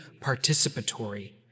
participatory